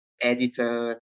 editor